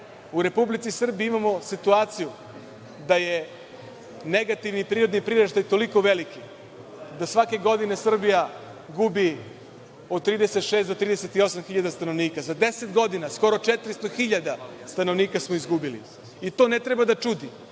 u Republici Srbiji imamo situaciju da je negativni prirodni priraštaj toliko veliki da svake godine Srbija gubi od 36 do 38 hiljada stanovnika. Za deset godina skoro 400 hiljada stanovnika smo izgubili i to ne treba da čudi,